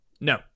No